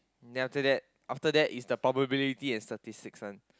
then after that after that is the probability and statistics one